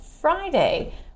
Friday